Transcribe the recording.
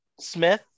Smith